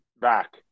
back